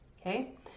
Okay